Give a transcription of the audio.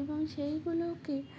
এবং সেইগুলোকে